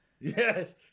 Yes